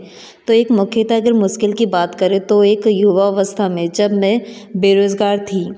तो एक मुख्यतः अगर मुश्किल की बात करें तो एक युवावस्था में जब मैं बेरोज़गार थी